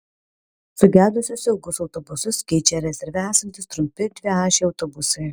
sugedusius ilgus autobusus keičia rezerve esantys trumpi dviašiai autobusai